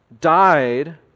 died